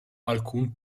alcun